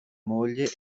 moglie